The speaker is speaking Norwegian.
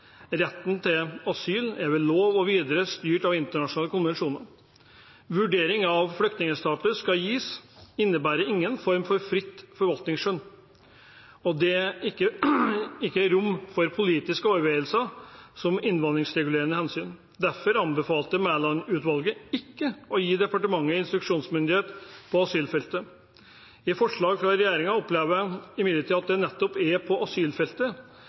Retten til asyl er lovbunden og videre styrt av internasjonale konvensjoner. Vurdering av om flyktningstatus skal gis, innebærer ingen form for fritt forvaltningsskjønn, og det er ikke rom for politiske overveielser som innvandringsregulerende hensyn. Derfor anbefalte Mæland-utvalget ikke å gi departementet instruksjonsmyndighet på asylfeltet. I forslaget fra regjeringen opplever jeg imidlertid at det nettopp er på asylfeltet